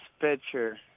pitcher